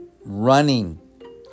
running